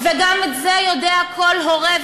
וגם את זה יודע כל הורה,